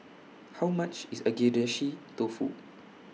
How much IS Agedashi Dofu